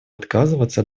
отказываться